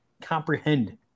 comprehend